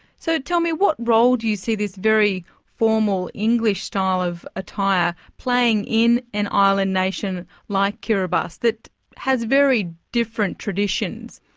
so tell me, what role do you see this very formal english style of attire playing in an island nation like kiribati that has very different traditions?